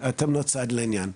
אתם לא צד לעניין.